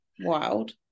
Wild